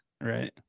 Right